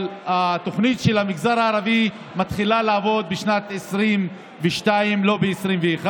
אבל התוכנית של המגזר הערבי מתחילה לעבוד בשנת 2022 ולא ב-2021,